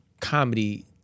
comedy